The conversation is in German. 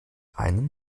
einen